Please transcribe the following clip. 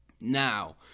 Now